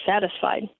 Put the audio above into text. satisfied